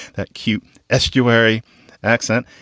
that cute estuary accent.